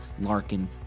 larkin